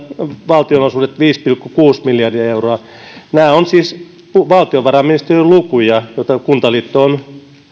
valtionosuudet olivat viisi pilkku kuusi miljardia euroa nämä ovat siis valtiovarainministeriön lukuja joista kuntaliitto on